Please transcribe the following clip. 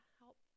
help